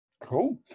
Cool